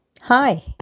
Hi